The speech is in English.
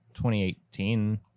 2018